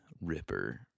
Ripper